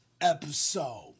episode